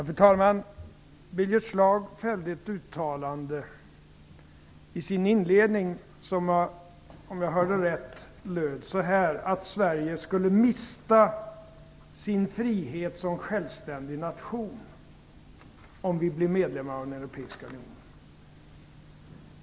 Fru talman! Birger Schlaug fällde i sin inledning ett uttalande som, om jag hörde rätt, gick ut på att Sverige skulle mista sin frihet som självständig nation om vi blev medlemmar av den europeiska unionen.